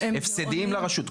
הפסדיים לרשות.